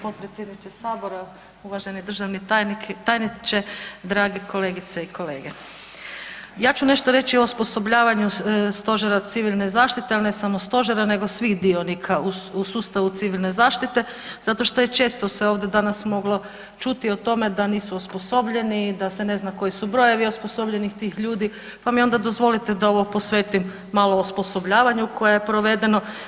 potpredsjedniče sabora, uvaženi državni tajniče, dragi kolegice i kolege, ja ću nešto reći o osposobljavanju stožera civilne zaštite, al samo stožera nego svih dionika u sustavu civilne zaštite zato što je često se ovdje danas moglo čuti o tome da nisu osposobljeni, da se ne zna koji su brojevi osposobljenih tih ljudi, pa mi onda dozvolite da ovo posvetim malo osposobljavanju koje je provedeno.